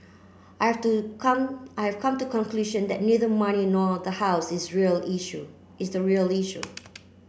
I have to come I have come to conclusion that neither money nor the house is real issue is the real issue